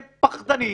הם פחדנים.